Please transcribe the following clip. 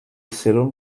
سرم